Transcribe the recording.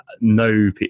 no